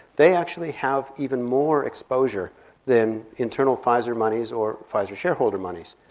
they actually have even more exposure than internal pfizer monies or pfizer shareholder monies.